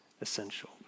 essential